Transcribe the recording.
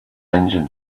engine